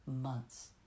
months